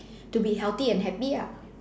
to be healthy and happy lah